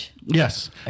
Yes